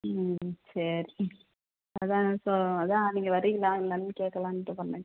ம் சரி அதுதான் ஸோ அது தான் நீங்கள் வரீங்களா என்னான்னு கேட்கலான்ட்டு பண்ணேன் அக்கா